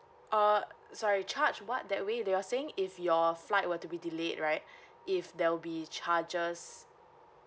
err sorry charge what that way you were saying if your flight were to be delayed right if there will be charges